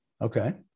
Okay